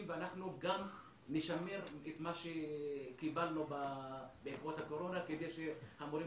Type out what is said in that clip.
ואנחנו גם נשמר את מה שקיבלנו בעקבות הקורונה כדי שהמורים